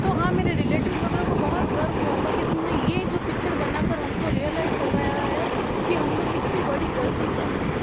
तो हाँ मेरे रिलेटिव्स वगैरह को बहुत गर्व हुआ था कि तूने यह जो पिक्चर बनाकर हमको रिलाइज करवाया है कि हम लोग कितनी बड़ी गलती कर रहे हैं